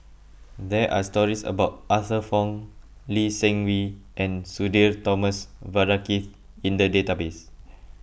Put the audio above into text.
there are stories about Arthur Fong Lee Seng Wee and Sudhir Thomas Vadaketh in the database